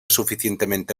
suficientemente